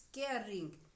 scaring